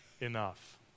enough